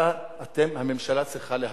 אתה, אתם, הממשלה צריכה להחליט,